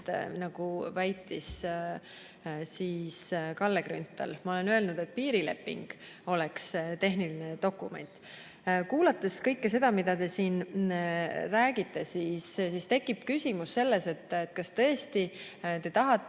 nagu väitis Kalle Grünthal. Ma olen öelnud, et piirileping oleks tehniline dokument. Kuulates kõike seda, mida te siin räägite, tekib küsimus, kas te tõesti tahate